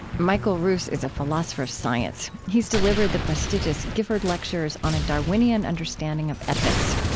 michael ruse is a philosopher of science. he has delivered the prestigious gifford lectures on a darwinian understanding of ethics.